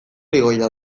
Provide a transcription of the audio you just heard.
ligoia